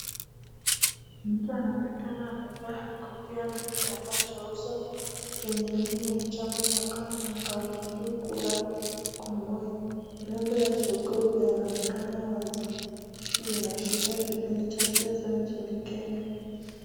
Mtu anaonekana amevaa kofia na kitambaa cha uso chenye nembo ya KANU na kauli " kura kwa Moi ". Nembo ya jogoo pia kinaonekana wazi, hii inaashiria kipindi cha siasa nchini Kenya.